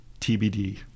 TBD